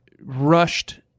rushed